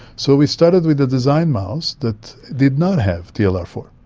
so we started with a designed mouse that did not have t l r four.